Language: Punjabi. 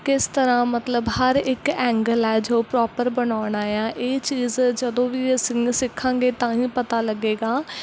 ਕਿਸ ਤਰ੍ਹਾਂ ਮਤਲਬ ਹਰ ਇੱਕ ਐਂਗਲ ਹੈ ਜੋ ਪ੍ਰੋਪਰ ਬਣਾਉਣਾ ਆ ਇਹ ਚੀਜ਼ ਜਦੋਂ ਵੀ ਅਸੀਂ ਸਿੱਖਾਂਗੇ ਤਾਂ ਹੀ ਪਤਾ ਲੱਗੇਗਾ